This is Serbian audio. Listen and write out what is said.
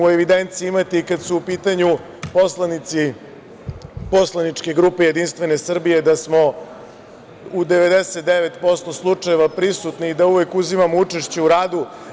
U evidenciji imate, kad su u pitanju poslanici poslaničke grupe JS, da smo u 99% slučaja prisutni, da uvek uzimamo učešće u radu.